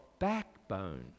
backbone